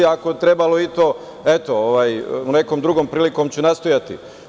Ako je trebalo i to, eto nekom drugom prilikom ću nastojati.